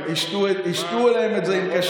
הם ישתו להם את זה עם קשית.